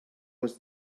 was